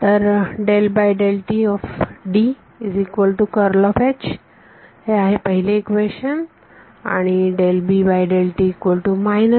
तर आहे आपले पहिले इक्वेशन हे आपले दुसरे इक्वेशन